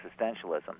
existentialism